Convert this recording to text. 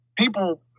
People